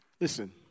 Listen